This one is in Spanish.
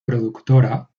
productora